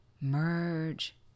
merge